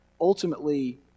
ultimately